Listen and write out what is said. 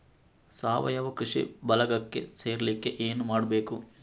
ಸಾವಯವ ಕೃಷಿ ಬಳಗಕ್ಕೆ ಸೇರ್ಲಿಕ್ಕೆ ಏನು ಮಾಡ್ಬೇಕು?